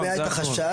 אני שומע את החשש,